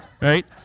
right